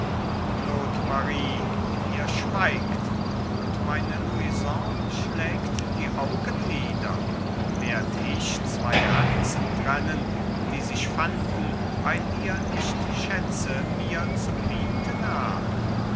claude marie ihr schweigt und meine louison schlägt die augen nieder werd ich zwei herzen trennen die sich fanden weil ihr nicht schätze mir zu bieten habt